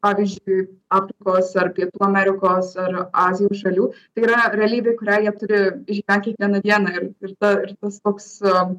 pavyzdžiui afrikos ar pietų amerikos ar azijos šalių tai yra realybė kurią jie turi išgyvent kiekvieną dieną ir ta ir tas toks